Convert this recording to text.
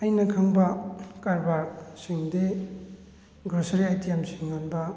ꯑꯩꯅ ꯈꯪꯕ ꯀꯔꯕꯥꯔꯁꯤꯡꯗꯤ ꯒ꯭ꯔꯣꯁꯔꯤ ꯑꯥꯏꯇꯦꯝꯁꯤꯡ ꯌꯣꯟꯕ